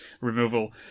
removal